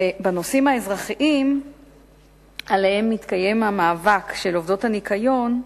בנושאים האזרחיים שעליהם מתקיים המאבק של עובדות הניקיון,